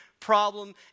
problem